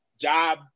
job